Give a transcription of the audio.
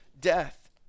death